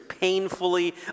painfully